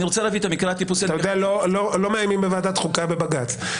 אתה יודע, לא מאיימים בוועדת חוקה בבג"ץ.